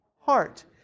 heart